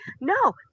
No